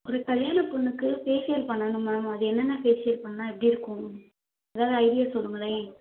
ஒரு கல்யாண பொண்ணுக்கு ஃபேஷியல் பண்ணணும் மேம் அது என்னென்ன ஃபேஷியல் பண்ணால் எப்படி இருக்கும் எதாவது ஐடியாஸ் சொல்லுங்களேன்